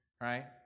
right